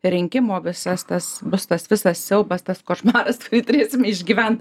rinkimų visas tas bus tas visas siaubas tas košmaras turėsim išgyvent